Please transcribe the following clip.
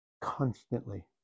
constantly